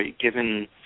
given